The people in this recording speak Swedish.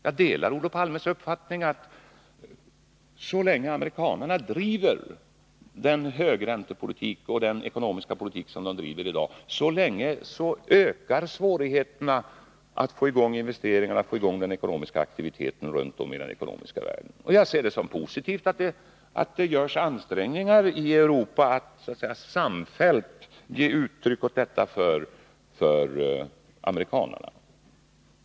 Jag delar Olof Palmes uppfattning, att så länge amerikanarna driver den högräntepolitik och den ekonomiska politik som de driver i dag, så länge ökar svårigheterna att få i gång investeringarna och den ekonomiska aktiviteten runt om i den ekonomiska världen. Jag ser det som positivt att det görs ansträngningar i Europa att så att säga samfällt ge uttryck åt detta för amerikanarna.